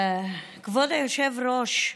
כבוד היושב-ראש.